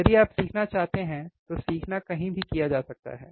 यदि आप सीखना चाहते हैं तो सीखना कहीं भी किया जा सकता है